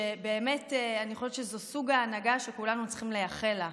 שבאמת אני חושבת שזו סוג ההנהגה שכולנו צריכים לייחל לה.